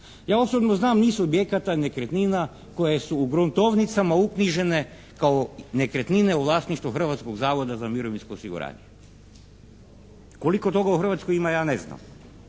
Ja osobno znam niz subjekata nekretnina koje su u gruntovnicama uknjižene kao nekretnine u vlasništvu Hrvatskog zavoda za mirovinsko osiguranje. Koliko toga u Hrvatskoj ima ja neznam